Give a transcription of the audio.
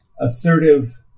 assertive